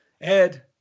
Ed